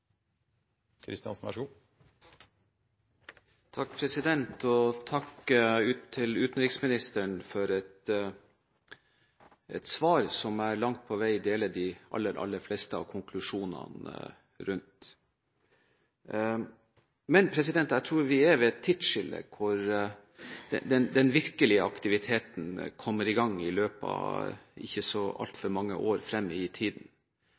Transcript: Takk til utenriksministeren for et svar hvor jeg langt på vei deler de aller, aller fleste av konklusjonene. Men jeg tror vi er ved et tidsskille, at den virkelige aktiviteten kommer i gang i løpet av ikke så altfor mange år frem i